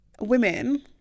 women